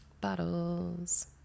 bottles